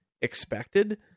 expected